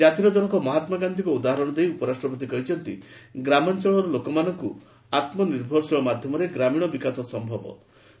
ଜାତିର ଜନକ ମହାତ୍ମା ଗାନ୍ଧୀଙ୍କ ଉଦାହରଣ ଦେଇ ଉପରାଷ୍ଟ୍ରପତି କହିଛନ୍ତି ଗ୍ରାମାଞ୍ଚଳର ଲୋକମାନଙ୍କୁ ଆତ୍ମନିର୍ଭରଶୀଳ ମାଧ୍ୟମରେ ଗ୍ରାମୀଣ ବିକାଶ ସମ୍ଭବ ବୋଲି ସେ କହିଥିଲେ